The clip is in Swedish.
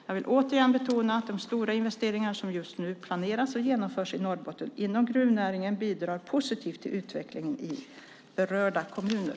Jag vill återigen betona att de stora investeringar som just nu planeras och genomförs i Norrbotten inom gruvnäringen bidrar positivt till utvecklingen i berörda kommuner.